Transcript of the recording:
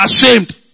ashamed